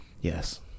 Yes